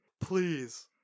Please